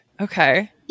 Okay